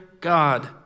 God